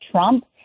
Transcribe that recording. Trump